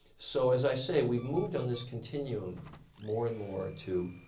so as i say, we've moved on this continuum more and more to